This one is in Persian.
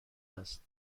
است